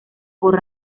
por